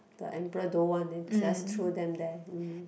the emperor don't want then just throw them there